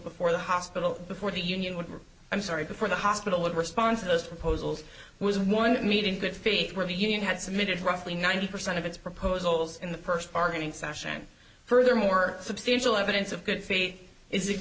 before the hospital before the union would work i'm sorry before the hospital would respond to those proposals was one meeting good feet where the union had submitted roughly ninety percent of its proposals in the first bargaining session furthermore substantial evidence of good faith is